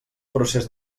procés